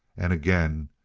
and again,